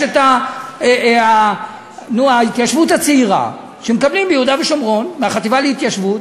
יש עכשיו ההתיישבות הצעירה שמקבלים ביהודה ושומרון מהחטיבה להתיישבות,